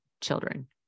children